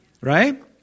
Right